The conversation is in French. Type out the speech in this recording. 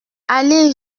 allée